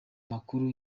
makuru